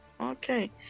Okay